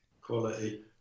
Quality